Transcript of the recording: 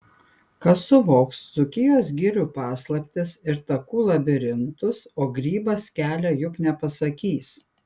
kas suvoks dzūkijos girių paslaptis ir takų labirintus o grybas kelio juk nepasakys